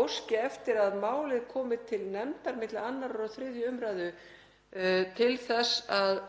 óskaði eftir að málið kæmi til nefndar milli 2. og 3. umr. til þess að